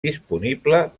disponible